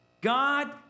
God